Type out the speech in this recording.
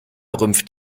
rümpft